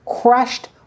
crushed